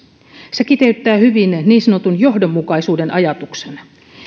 se kiteyttää hyvin niin sanotun johdonmukaisuuden ajatuksen